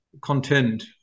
content